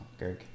Gerg